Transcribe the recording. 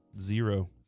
Zero